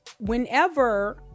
whenever